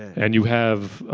and you have, ah